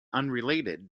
unrelated